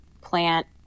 plant